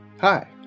Hi